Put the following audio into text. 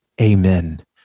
amen